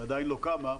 שעדיין לא קמה,